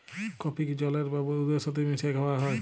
কফিকে জলের বা দুহুদের ছাথে মিশাঁয় খাউয়া হ্যয়